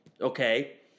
okay